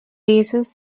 raises